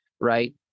Right